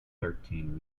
thirteen